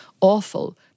awful